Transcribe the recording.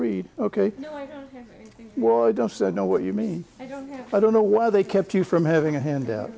read ok well i don't know what you mean i don't know why they kept you from having a handout